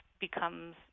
becomes